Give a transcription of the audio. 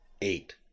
eight